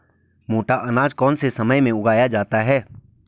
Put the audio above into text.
मोटा अनाज कौन से समय में उगाया जाता है?